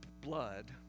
blood